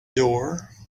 door